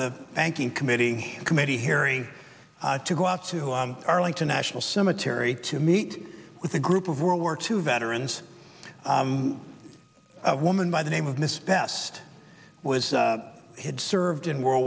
the banking committee committee hearing to go out to our arlington national cemetery to meet with a group of world war two veterans a woman by the name of miss best was had served in world